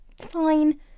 Fine